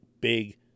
big